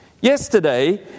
Yesterday